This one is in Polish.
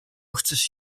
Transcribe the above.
chcesz